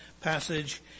passage